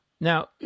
Now